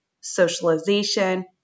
socialization